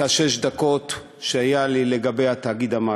את שש הדקות שהיו לי לגבי התאגיד אמרתי,